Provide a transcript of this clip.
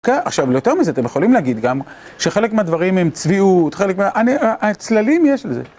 עכשיו, יותר מזה, אתם יכולים להגיד גם שחלק מהדברים הם צביעות, חלק מה... הצללים יש לזה.